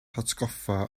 hatgoffa